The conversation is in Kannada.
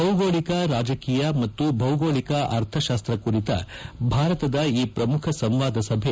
ಭೌಗೋಳಿಕ ರಾಜಕೀಯ ಮತ್ತು ಭೌಗೋಳಿಕ ಅರ್ಥಶಾಸ್ತ ಕುರಿತ ಭಾರತದ ಈ ಪ್ರಮುಖ ಸಂವಾದ ಸಭೆ